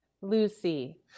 Lucy